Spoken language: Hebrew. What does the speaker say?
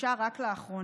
שאושר רק לאחרונה.